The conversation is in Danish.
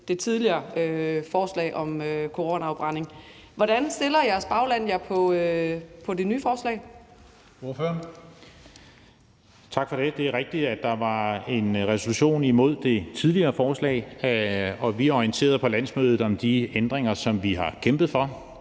det tidligere forslag om koranafbrænding. Hvordan stiller jeres bagland sig til det nye forslag?